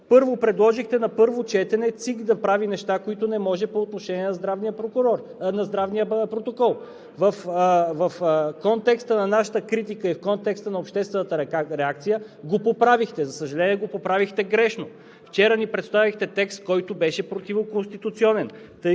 четене предложихте на ЦИК да прави неща, които не може по отношение на здравния протокол, а в контекста на нашата критика и в контекста на обществената реакция го поправихте, за съжаление, грешно. Вчера ни представихте текст, който беше противоконституционен,